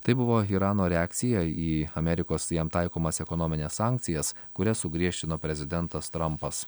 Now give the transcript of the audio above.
tai buvo irano reakcija į amerikos jam taikomas ekonomines sankcijas kurias sugriežtino prezidentas trampas